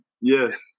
Yes